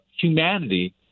humanity